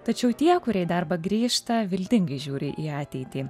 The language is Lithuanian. tačiau tie kurie į darbą grįžta viltingai žiūri į ateitį